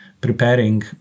preparing